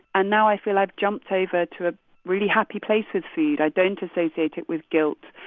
and now i feel i've jumped over to a really happy place with food. i don't associate it with guilt.